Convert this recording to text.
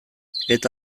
eta